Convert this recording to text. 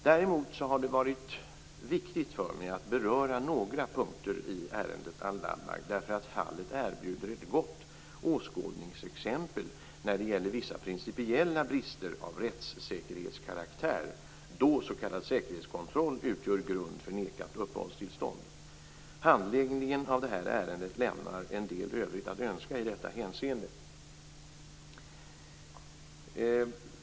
Däremot har det varit viktigt för mig att beröra några punkter i ärendet Al-Dabbagh därför att ärendet erbjuder ett gott åskådningsexempel när det gäller vissa principiella brister av rättssäkerhetskaraktär då s.k. säkerhetskontroll utgör grund för nekat uppehållstillstånd. Handläggningen av det här ärendet lämnar en del övrigt att önska i detta hänseende.